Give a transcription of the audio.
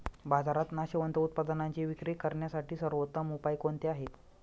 बाजारात नाशवंत उत्पादनांची विक्री करण्यासाठी सर्वोत्तम उपाय कोणते आहेत?